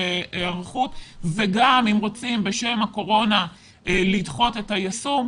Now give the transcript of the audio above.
היערכות וגם אם רוצים בשם הקורונה לדחות את היישום,